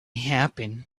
happen